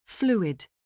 Fluid